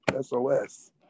SOS